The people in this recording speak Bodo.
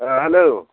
अ हेल्ल'